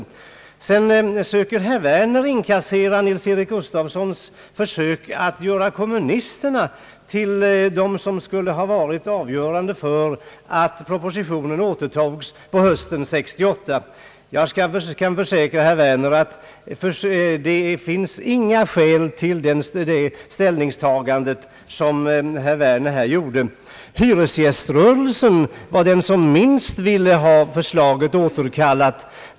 Herr Werner försöker sedan inkassera en poäng av herr Nils-Eric Gustafssons försök att göra kommunisterna till dem som skulle ha varit avgörande för att propositionen i detta ärende återtogs på hösten 1967. Jag kan försäkra herr Werner, att det inte finns något skäl för det ställningstagande, som herr Werner gjorde. Hyresgäströrelsen var den som minst ville ha förslaget återkallat.